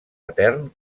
etern